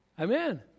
Amen